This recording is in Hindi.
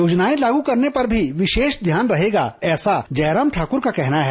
योजनाएं लागू करने पर भी विशेष ध्यान रहेगा ऐसा जयराम ठाकुर का कहना है